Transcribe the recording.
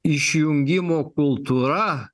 išjungimo kultūra